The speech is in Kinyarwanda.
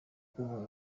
ubu